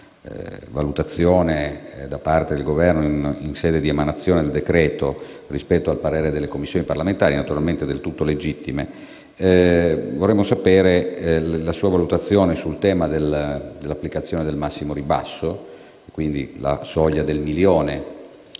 una valutazione da parte del Governo, in sede di emanazione del decreto, rispetto al parere delle Commissioni parlamentari - naturalmente del tutto legittima - vorremmo conoscere la sua opinione sul tema dell'applicazione del massimo ribasso, ovvero sulla soglia del milione